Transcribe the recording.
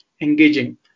engaging